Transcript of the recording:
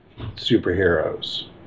superheroes